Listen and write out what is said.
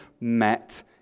met